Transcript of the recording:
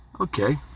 okay